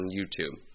YouTube